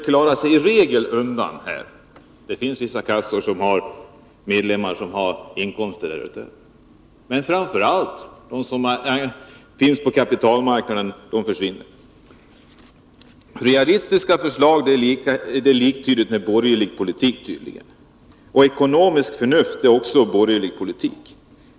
klarar sig i regel undan, även om det finns vissa kassor som har medlemmar med över 100 000 kronors inkomst. Realistiska förslag är tydligen liktydigt med borgerlig politik. Ekonomiskt förnuft är också borgerlig politik.